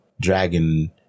dragon